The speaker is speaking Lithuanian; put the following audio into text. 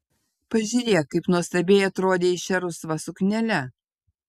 pažiūrėk kaip nuostabiai atrodei šia rusva suknele